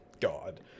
God